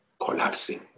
collapsing